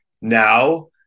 now